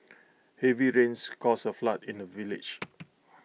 heavy rains caused A flood in the village